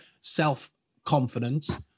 Self-confidence